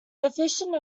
deficient